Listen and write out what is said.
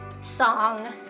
song